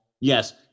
Yes